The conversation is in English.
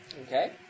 Okay